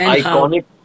iconic